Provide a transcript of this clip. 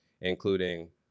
including